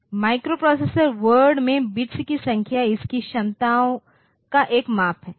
microprocessor word में bits की संख्या इसकी क्षमताओं का एक माप है